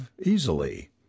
easily